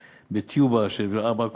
בטיובה של ארבע קופסאות,